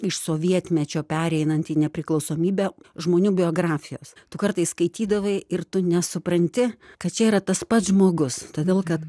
iš sovietmečio pereinant į nepriklausomybę žmonių biografijos tu kartais skaitydavai ir tu nesupranti kad čia yra tas pats žmogus todėl kad